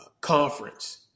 conference